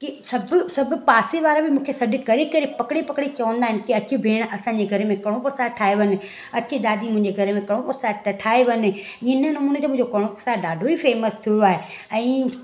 के सभु सभु पासे वारा बि मूंखे सॾु करे करे पकिड़े पकिड़े चवंदा आहिनि के अच भेण असांजे घर में कड़ों प्रसाद ठाहे वञ अच दादी मुंहिंजे घर में कड़ों प्रसाद त ठाहे वञ हिन नमूने त मुंहिंजो कड़ों प्रसाद ॾाढो ई फेमस थियो आहे ऐं